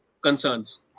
concerns